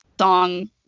song